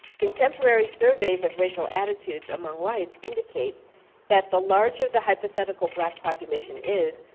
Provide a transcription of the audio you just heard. contemporary surveys of racial attitudes among whites indicates that the larger the hypothetical black population is,